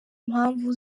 mpamvu